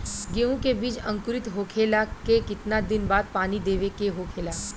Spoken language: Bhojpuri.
गेहूँ के बिज अंकुरित होखेला के कितना दिन बाद पानी देवे के होखेला?